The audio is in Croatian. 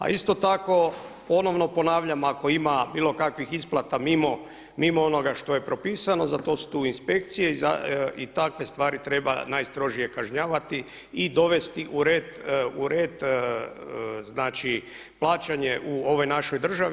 A isto tako ponovno ponavljam, ako ima bilo kakvih isplata mimo onoga što je propisano za to su tu inspekcije i takve stvari treba najstrožije kažnjavati i dovesti u red, znači plaćanje u ovoj našoj državi.